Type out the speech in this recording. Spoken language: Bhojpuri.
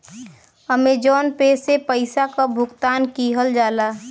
अमेजॉन पे से पइसा क भुगतान किहल जाला